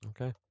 Okay